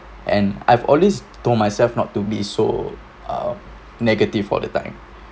and I've always told myself not to be so uh negative for the time